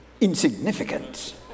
Insignificant